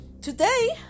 Today